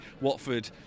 Watford